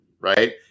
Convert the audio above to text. right